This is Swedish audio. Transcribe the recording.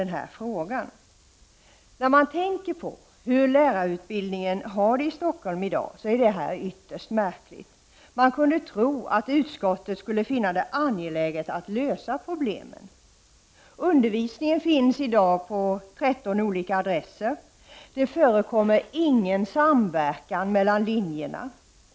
När man tänker på hur lärarutbildningen har det i Stockholm i dag är det ytterst märkligt. Man kunde tro att utskottet skulle finna det angeläget att snabbt lösa problemen. Undervisningen finns i dag på 13 olika adresser. Det förekommer ingen samverkan mellan linjerna.